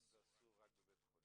בוקר טוב, ברוכים